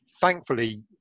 thankfully